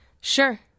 Sure